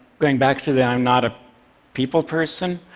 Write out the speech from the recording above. going back to the i'm not a people person,